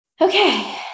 Okay